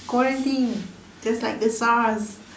quarantine just like the SARS